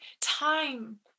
time